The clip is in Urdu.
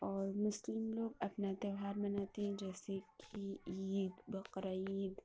اور مسلم لوگ اپنا تہوار مناتے ہیں جیسے کہ عید بقرعید